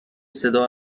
صدا